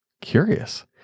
curious